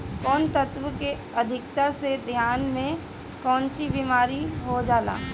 कौन तत्व के अधिकता से धान में कोनची बीमारी हो जाला?